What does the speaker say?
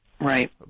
Right